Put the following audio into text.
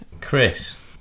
Chris